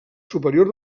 superior